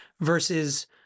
versus